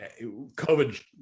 COVID